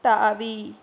தாவி